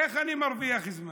איך אני מרוויח זמן?